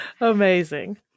Amazing